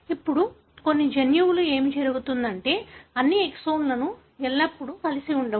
ఇప్పుడు కొన్ని జన్యువులలో ఏమి జరుగుతుందంటే అన్ని ఎక్సోన్లు ఎల్లప్పుడూ కలిసి ఉండవు